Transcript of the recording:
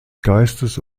geistes